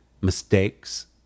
mistakes